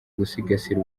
gusigasira